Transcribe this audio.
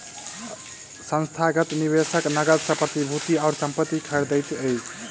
संस्थागत निवेशक नकद सॅ प्रतिभूति आ संपत्ति खरीदैत अछि